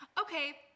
okay